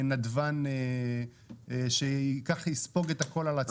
נדבן שייקח ויספוג את הכול על עצמו.